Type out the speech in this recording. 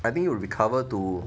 I think it will recover to